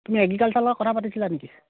তুমি এগ্ৰিকালচাৰৰ লগত কথা পাতিছিলা নেকি